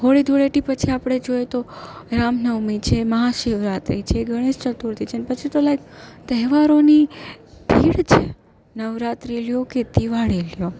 હોળી ધૂળેટી પછી આપણે જોઈએ તો રામ નવમી છે મહા શિવરાત્રી છે ગણેશ ચતુર્થી છે ને પછી તો લાઇક તહેવારોની ભીડ છે નવરાત્રી લો કે દિવાળી લો